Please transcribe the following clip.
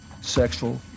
sexual